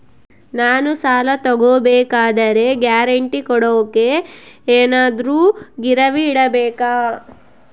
ನಾನು ಸಾಲ ತಗೋಬೇಕಾದರೆ ಗ್ಯಾರಂಟಿ ಕೊಡೋಕೆ ಏನಾದ್ರೂ ಗಿರಿವಿ ಇಡಬೇಕಾ?